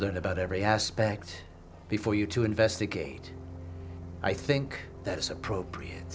learn about every aspect before you to investigate i think that's appropriate